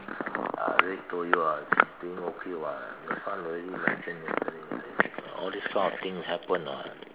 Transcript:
I already told you [what] he's doing okay [what] your son already mention yesterday all these kind of thing happen [what]